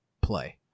play